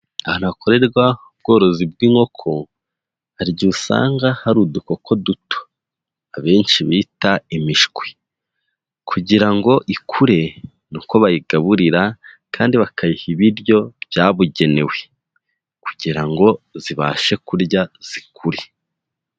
Ahantu hakorerwa ubworozi bw'inkoko, hari igihe usanga hari udukoko duto. Abenshi bita imishwi. Kugira ngo ikure, ni uko bayigaburira kandi bakayiha ibiryo byabugenewe. Kugira ngo zibashe kurya zikurire.